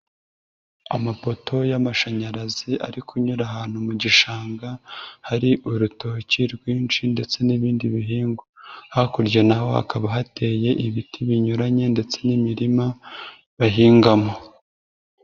Amapoto y'amashanyarazi ari kunyura ahantu mu gishanga, hari urutoki rwinshi ndetse n'ibindi bihingwa. Hakurya naho hakaba hateye ibiti binyuranye ndetse n'imirima bahingamo.